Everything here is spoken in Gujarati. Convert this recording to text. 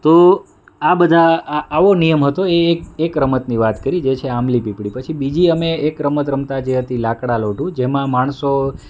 તો આ બધા આ આવો નિયમ હતો કે એ એક રમતની વાત કરી જે છે આંબલી પીપળી બીજી અમે એક રમત રમતા જે હતી લાકડા લોઢું જેમાં માણસો